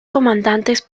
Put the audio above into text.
comandantes